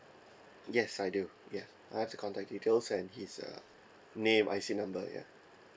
yes I do yes I have the contact details and his uh name I_C number ya